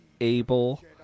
able